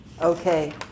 Okay